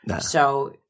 So-